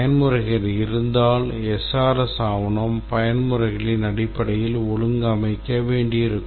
பயன்முறைகள் இருந்தால் SRS ஆவணம் பயன்முறைகளின் அடிப்படையில் ஒழுங்கமைக்க வேண்டியிருக்கும்